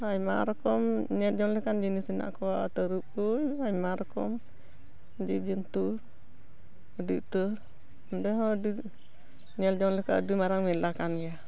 ᱟᱭᱢᱟ ᱨᱚᱠᱚᱢ ᱧᱮᱞ ᱡᱚᱝ ᱞᱮᱠᱟᱱ ᱡᱤᱱᱤᱥ ᱦᱮᱱᱟᱜ ᱠᱚᱣᱟ ᱛᱟᱨᱩᱵ ᱠᱚ ᱟᱭᱢᱟ ᱨᱚᱠᱚᱢ ᱡᱤᱵ ᱡᱚᱱᱛᱩ ᱟᱹᱰᱤ ᱩᱛᱟᱹᱨ ᱚᱸᱰᱮ ᱦᱚᱸ ᱟᱹᱰᱤ ᱧᱮᱞ ᱡᱚᱝ ᱞᱮᱠᱟ ᱟᱹᱰᱤ ᱢᱟᱨᱟᱝ ᱢᱮᱞᱟ ᱠᱟᱱ ᱜᱮᱭᱟ